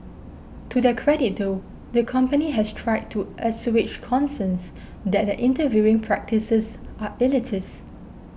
to their credit though the company has tried to assuage concerns that their interviewing practices are elitist